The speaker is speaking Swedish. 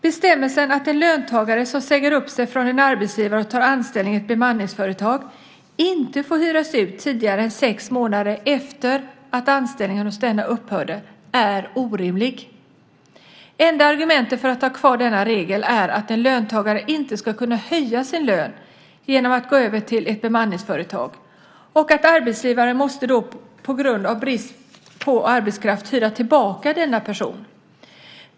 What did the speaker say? Bestämmelsen att en löntagare som säger upp sig från en arbetsgivare och tar anställning i ett bemanningsföretag inte får hyras ut tidigare än sex månader efter att anställningen hos denne upphört är orimlig. Enda argumentet för att ha kvar denna regel är att en löntagare inte ska kunna höja sin lön genom att gå över till ett bemanningsföretag och att arbetsgivaren, på grund av brist på arbetskraft, då måste hyra tillbaka denna person.